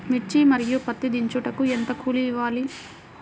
మిర్చి మరియు పత్తి దించుటకు ఎంత కూలి ఇవ్వాలి?